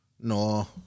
No